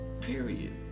Period